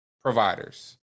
providers